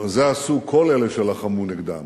זה עשו כל אלה שלחמו נגדם,